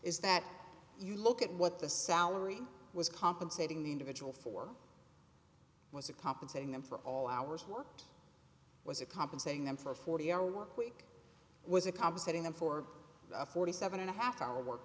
is that you look at what the salary was compensating the individual for was a compensating them for all hours worked was a compensating them for forty hour work week was a compensating them for a forty seven and a half hour work